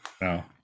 No